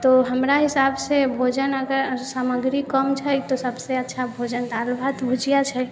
तऽ हमरा हिसाबसँ भोजन अगर सामग्री कम छै तऽ सभसँ अच्छा भोजन दालि भात भुजिआ छै